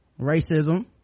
racism